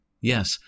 Yes